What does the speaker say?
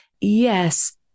Yes